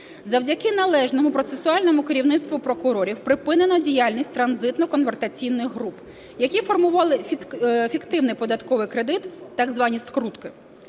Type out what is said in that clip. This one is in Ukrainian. Завдяки належному процесуальному керівництву прокурорів припинено діяльність транзитно-конвертаційних груп, які формували фіктивний податковий кредит так звані "скрутки".